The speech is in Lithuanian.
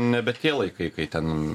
nebe tie laikai kai ten